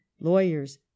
lawyers